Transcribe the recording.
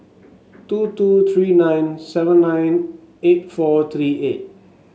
two two three nine seven nine eight four three eight